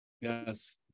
Yes